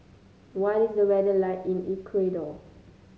what is the weather like in Ecuador